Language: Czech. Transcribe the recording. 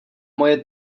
moje